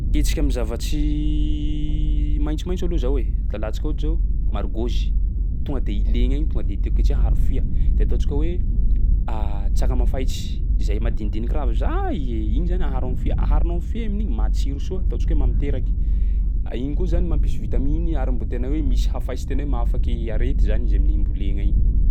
Hetsika am'zavatsy maitsomaitso aloha zaho e, galantsika ohatsy zao margôzy, tonga de i legna igny tonga de tiako ketreha aharo fia. De ataontsika hoe tsaramafaitsy izay madinidinika ravy zay, igny zany aharo am'fia, aharonao am'fia amin'igny matsiro soa. Ataontsika hoe mamiteraky, iny koa zany mampisy vitaminy ary mbo tena hoe misy hafaitsy tena hoe mahafaky arety zany izy amin'igny mbo legna igny.